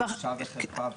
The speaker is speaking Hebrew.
בושה וחרפה.